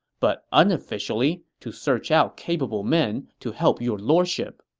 but unofficially to search out capable men to help your lordship.